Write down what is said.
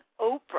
Oprah